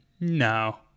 no